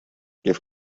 give